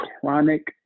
chronic